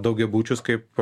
daugiabučius kaip